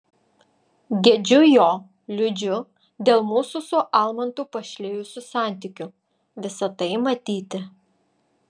gedžiu jo liūdžiu dėl mūsų su almantu pašlijusių santykių visa tai matyti